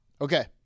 Okay